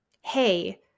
hey